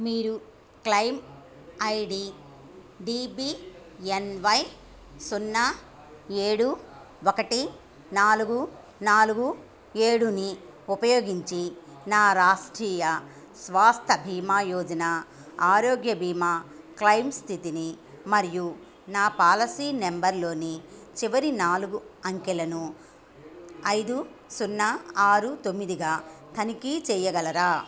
మీరు claim I D D B N Y సున్నా ఏడు ఒకటి నాలుగు నాలుగు ఏడుని ఉపయోగించి నా రాష్ట్రీయ స్వాస్థ భీమా యోజన ఆరోగ్య బీమా క్లెయిమ్ స్థితిని మరియు నా పాలసీ నంబర్లోని చివరి నాలుగు అంకెలను ఐదు సున్నా ఆరు తొమ్మిదిగా తనిఖీ చేయగలరా